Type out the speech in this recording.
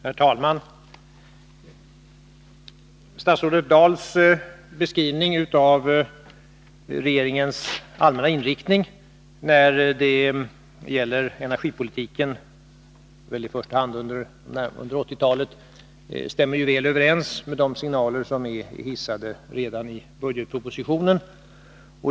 Herr talman! Statsrådet Dahls beskrivning av regeringens allmänna inriktning när det gäller energipolitiken, i första hand under 1980-talet, stämmer väl överens med de signaler som hissats redan i budgetpropositionen.